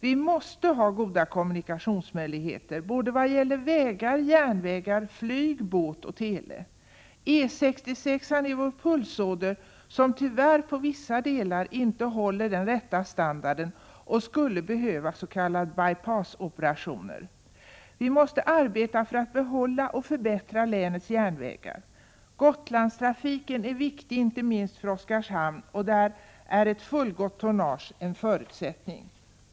Vi måste ha goda kommunikationsmöjligheter vad gäller såväl vägar, järnvägar, flyg och båt som tele. E 66-an är vår pulsåder, som tyvärr på vissa delar inte håller den rätta standarden och skulle behöva s.k. by-passoperationer. Vi måste arbeta för att behålla och förbättra länets järnvägar. Gotlandstrafiken är viktig inte minst för Oskarshamn, och därvidlag är ett fullgott tonnage en förutsättning.